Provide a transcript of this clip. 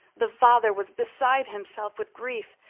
the father was beside himself with grief,